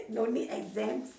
no need exams